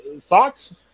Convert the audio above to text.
Thoughts